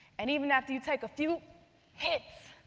and even after you take a few hits,